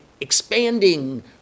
expanding